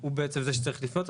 הוא בעצם זה שצריך לפנות.